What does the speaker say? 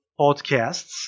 podcasts